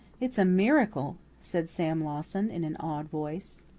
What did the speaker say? it's a miracle, said sam lawson in an awed voice.